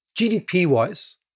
GDP-wise